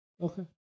Okay